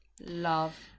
Love